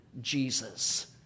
Jesus